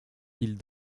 ils